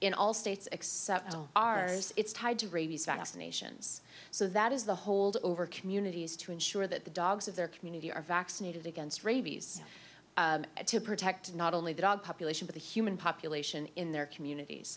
in all states except ours it's tied to rabies vaccination so that is the hold over communities to ensure that the dogs of their community are vaccinated against rabies to protect not only the dog population but the human population in their communities